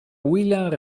william